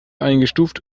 eingestuft